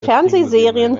fernsehserien